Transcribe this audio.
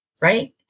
Right